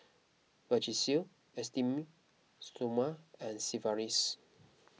Vagisil Esteem Stoma and Sigvaris